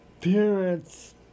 parents